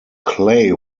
clay